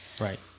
Right